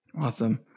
Awesome